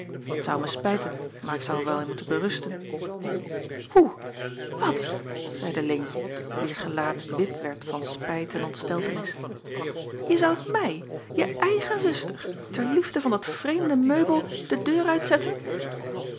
t zou mij spijten maar ik zou er wel in moeten berusten hoe wat zeide leentje wier gelaat wit werd van spijt en ontsteltenis je zoudt mij je eigen zuster ter liefde van dat vreemde meubel de deur uitzetten